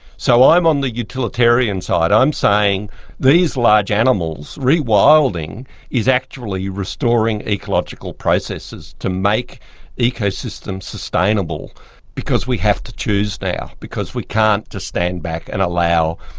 so i'm on the utilitarian side, i'm saying these large animals, rewilding is actually restoring ecological processes to make ecosystem sustainable because we have to choose now, because we can't just stand back and allow,